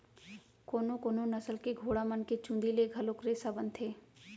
कोनो कोनो नसल के घोड़ा मन के चूंदी ले घलोक रेसा बनथे